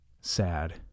sad